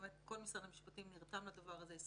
כל משרד המשפטים נרתם לדבר הזה,